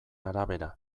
arabera